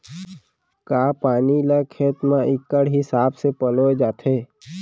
का पानी ला खेत म इक्कड़ हिसाब से पलोय जाथे?